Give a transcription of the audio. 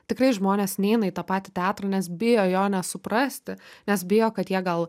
tikrai žmonės neina į tą patį teatrą nes bijo jo nesuprasti nes bijo kad jie gal